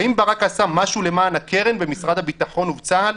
האם ברק עשה משהו למען הקרן במשרד הביטחון ובצה"ל?